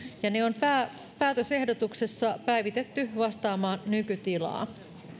ja ne on päätösehdotuksessa päivitetty vastaamaan nykytilaa